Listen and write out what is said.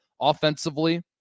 offensively